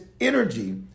energy